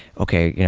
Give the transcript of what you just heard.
okay. you know